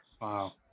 Wow